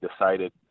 decided